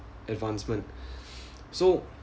advancement so